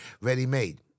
ready-made